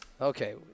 okay